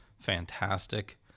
fantastic